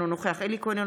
אינו נוכח אלי כהן,